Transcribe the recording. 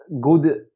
good